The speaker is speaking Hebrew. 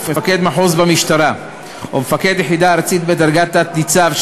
מפקד מחוז במשטרה או מפקד יחידה ארצית בדרגת תת-ניצב,